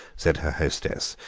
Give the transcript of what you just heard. said her hostess,